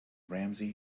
ramsey